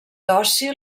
dòcil